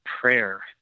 prayer